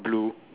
blue